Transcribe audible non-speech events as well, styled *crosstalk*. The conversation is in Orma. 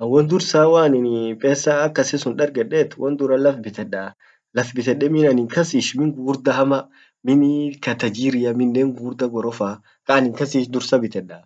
an won dursan waan pesa akasi sun dargedet won durran laf bitedda, laf bitedde min annin kas ishi min gugurda hama, min *hesitation* katajiria minnen gugurda gorofaa kaan kas ish dursa biteddaa